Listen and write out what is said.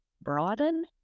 broaden